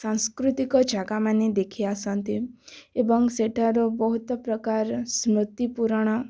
ସାଂସ୍କୃତିକ ଜାଗା ମାନେ ଦେଖି ଆସନ୍ତି ଏବଂ ସେଠାରୁ ବହୁତ ପ୍ରକାର ସ୍ମୃତିପୂରଣ